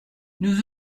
nous